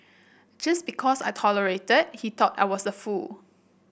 just because I tolerated he thought I was a fool